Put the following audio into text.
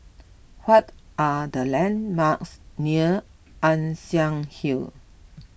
what are the landmarks near Ann Siang Hill